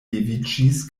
leviĝis